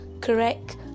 correct